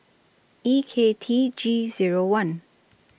E K T G Zero one